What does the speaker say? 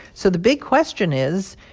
so the big question is,